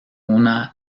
una